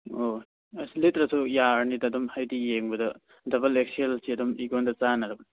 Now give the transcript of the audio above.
ꯑꯣ ꯑꯁ ꯂꯤꯠꯇ꯭ꯔꯁꯨ ꯌꯥꯔꯅꯤꯗ ꯑꯗꯨꯝ ꯍꯥꯏꯕꯗꯤ ꯌꯦꯡꯕꯗ ꯗꯕꯜ ꯑꯦꯛꯁꯦꯜꯁꯤ ꯑꯗꯨꯝ ꯑꯩꯉꯣꯟꯗ ꯆꯥꯟꯅꯔꯕꯅꯤ